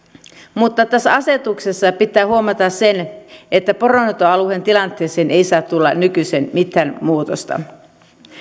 mutta tässä asetuksessa pitää huomata se että poronhoitoalueen nykyiseen tilanteeseen ei saa tulla mitään muutosta